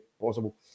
possible